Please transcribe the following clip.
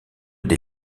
des